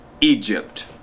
Egypt